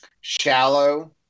shallow